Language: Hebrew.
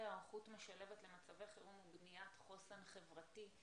היערכות משלבת למצבי חירום ובניית חוסן חברתי.